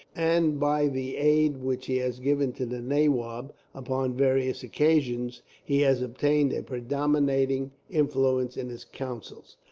and by the aid which he has given to the nawab, upon various occasions, he has obtained a predominating influence in his councils.